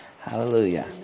hallelujah